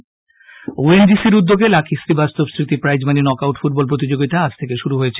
lucky Srivastava ও N G C র উদ্যোগে লাকি শ্রীবাস্তব স্মৃতি প্রাইজমানি নকআউট ফুটবল প্রতিযোগিতা আজ থেকে শুরু হয়েছে